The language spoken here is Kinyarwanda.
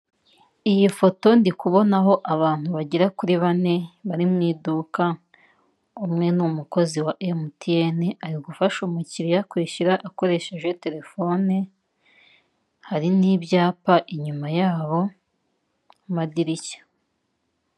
Iyi foto ndi kubonaho abantu bagera kuri bane bari mu iduka umwe ni umukozi wa emutiyene ari gufasha umukiriya kwishyura akoresheje terefone hari n'ibyapa inyuma yabo n'amadirishya.